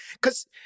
cause